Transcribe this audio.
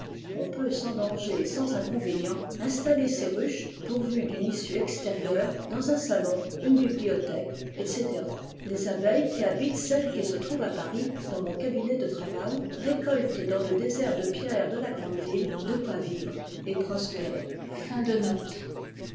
on peut sans danger et sans inconvénient installer ces ruches pourvues d'une issue extérieure dans un salon une bibliothèque etc les abeilles qui habitent celle qui se trouve à paris dans mon cabinet de travail récoltent dans le désert de pierre de la grande ville de quoi vivre et prospérer